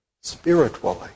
spiritually